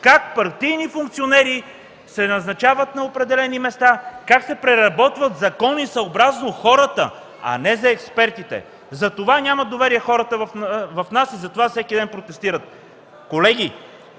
как партийни функционери се назначават на определени места, как се преработват закони съобразно хората, а не за експертите. Затова хората нямат доверие в нас и затова всеки ден протестират. Колеги,